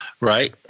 Right